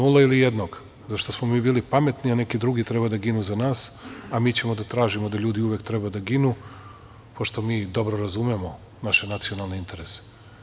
Nula ili jednog, zato što smo mi bili pametni, a neki drugi treba da ginu za nas, a mi ćemo da tražimo da ljudi uvek treba da ginu, pošto mi dobro razumemo naše nacionalne interese.